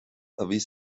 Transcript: erwies